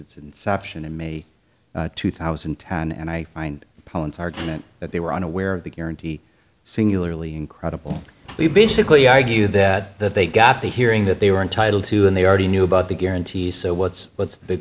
its inception in may two thousand and ten and i find poland's argument that they were unaware of the guarantee singularly incredible we basically argue that that they got the hearing that they were entitled to and they already knew about the guarantee so what's what's the big